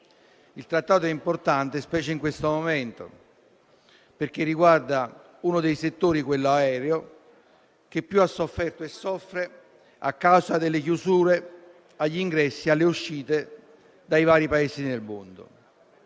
Il Trattato è importante specie in questo momento, perché riguarda uno dei settori - quello aereo - che più ha sofferto e soffre a causa delle chiusure agli ingressi e alle uscite dai vari Paesi nel mondo.